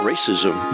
Racism